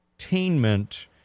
entertainment